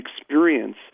experience